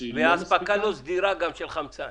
וגם אספקה לא סדירה של חמצן.